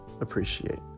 appreciate